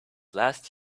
last